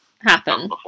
happen